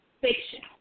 fiction